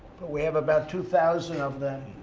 but we have about two thousand of them,